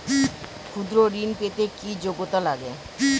ক্ষুদ্র ঋণ পেতে কি যোগ্যতা লাগে?